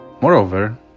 Moreover